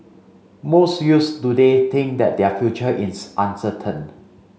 most youths today think that their future is uncertain